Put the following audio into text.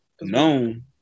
known